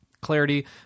clarity